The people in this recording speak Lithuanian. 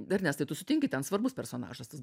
ernestai tu sutinki ten svarbus personažas tas